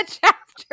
chapter